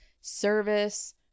service